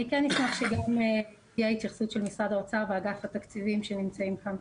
אני כן אשמח שתהיה התייחסות של משרד האוצר ואגף תקציבים שנמצאים כאן.